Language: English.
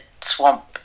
swamp